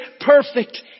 perfect